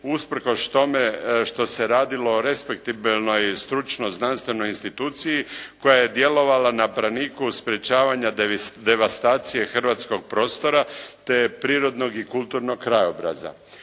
usprkos tome što se radilo rekspektibilno i stručno u znanstvenoj instituciji koja je na braniku sprječavanja devastacije hrvatskog prostora, te prirodnog i kulturnog krajobraza.